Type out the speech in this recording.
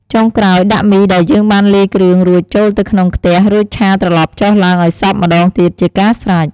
ចុងក្រោយ ដាក់មីដែលយើងបានលាយគ្រឿងរួចចូលទៅក្នុងខ្ទះ រួចឆាត្រឡប់ចុះឡើងឱ្យសព្វម្តងទៀតជាស្រេច។